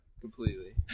completely